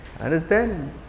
Understand